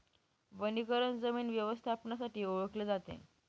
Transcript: वनीकरण जमीन व्यवस्थापनासाठी ओळखले जाते